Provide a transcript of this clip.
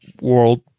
world